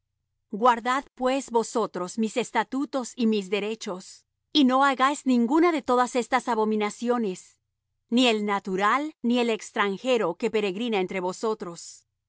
guardad pues vosotros mis estatutos y mis derechos y no hagáis ninguna de todas estas abominaciones ni el natural ni el extranjero que peregrina entre vosotros